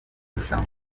rushanwa